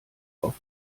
auf